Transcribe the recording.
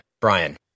Brian